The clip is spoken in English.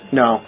no